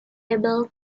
able